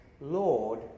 Lord